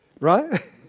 right